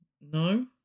no